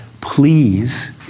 please